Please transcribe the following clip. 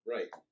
Right